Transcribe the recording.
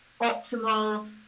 optimal